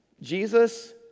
Jesus